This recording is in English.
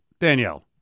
Danielle